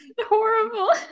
horrible